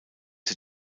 sie